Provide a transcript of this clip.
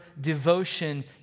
devotion